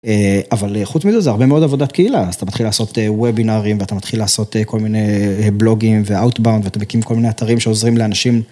אבל חוץ מזה זה הרבה מאוד עבודת קהילה, אז אתה מתחיל לעשות ובינארים ואתה מתחיל לעשות כל מיני בלוגים ואאוטבאונד ואתה מקים כל מיני אתרים שעוזרים לאנשים.